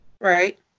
Right